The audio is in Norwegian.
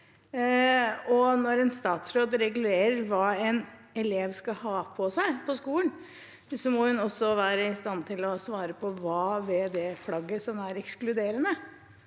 Når en statsråd regulerer hva en elev skal ha på seg på skolen, må hun også være i stand til å svare på hva som er ekskluderende